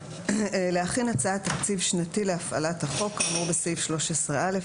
(4)להכין הצעת תקציב שנתי להפעלת החוק כאמור בסעיף 13(א),